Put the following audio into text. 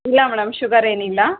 ಇಲ್ಲ madam sugar ಏನಿಲ್ಲ